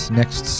next